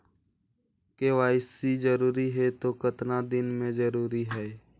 KYC जरूरी हे तो कतना दिन मे जरूरी है?